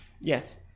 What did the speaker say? Yes